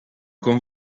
con